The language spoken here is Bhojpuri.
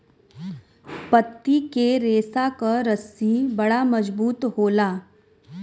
पत्ती के रेशा क रस्सी बड़ा मजबूत होला